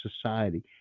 society